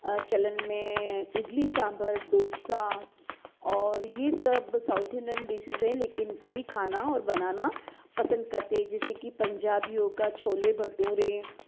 चलन में इडली सांभर डोसा और ये सब साउथ इंडियन डिशेज़ हैं लेकिन सभी खाना बनाना पसंद करते हैं जैसे कि पंजाबियों का छोले भटूरे